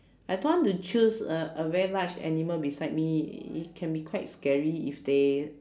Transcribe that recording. I don't want to choose a a very large animal beside me it can be quite scary if they